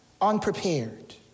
unprepared